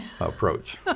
approach